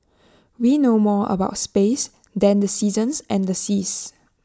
we know more about space than the seasons and the seas